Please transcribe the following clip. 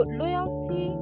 loyalty